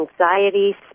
anxiety